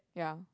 yeah